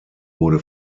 wurde